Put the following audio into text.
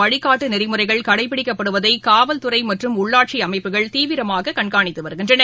வழிகாட்டுநெறிமுறைகள் கடைபிடிக்கப்படுவதைகாவல்துறைமற்றும் உள்ளாட்சிஅமைப்புகள் தீவிரமாககண்காணித்துவருகின்றன